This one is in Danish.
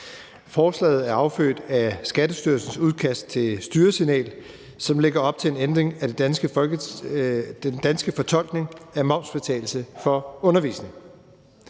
Forslaget er affødt af Skattestyrelsens udkast til styresignal, som lægger op til en ændring af den danske fortolkning af momsfritagelse for undervisning.